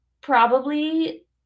probably-